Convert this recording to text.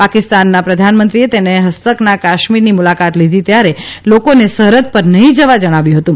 પાકિસ્તાનના પ્રધાનમંત્રીએ તેને ફસ્તકના કાશ્મીરની મુલાકાત લીધી ત્યારે લોકોને સરફદ પર નહી જવા જણાવ્યું હતું